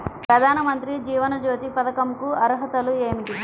ప్రధాన మంత్రి జీవన జ్యోతి పథకంకు అర్హతలు ఏమిటి?